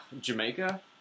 Jamaica